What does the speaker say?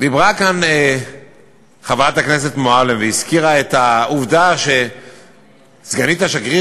דיברה כאן חברת הכנסת מועלם והזכירה את העובדה שסגנית השגריר